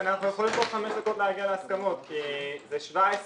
אנחנו יכולים להגיע להסכמות כי לשנת 2017,